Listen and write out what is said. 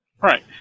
Right